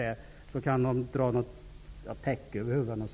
Den som inte inser det kan dra ett täcke över huvudet.